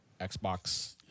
xbox